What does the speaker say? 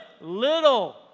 little